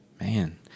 man